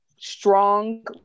strong